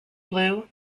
blue